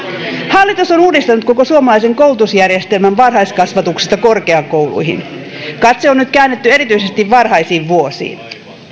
hallitus on uudistanut koko suomalaisen koulutusjärjestelmän varhaiskasvatuksesta korkeakouluihin katse on nyt käännetty erityisesti varhaisiin vuosiin